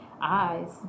eyes